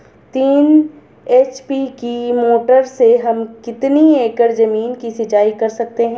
तीन एच.पी की मोटर से हम कितनी एकड़ ज़मीन की सिंचाई कर सकते हैं?